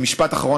ומשפט אחרון,